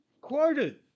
quoted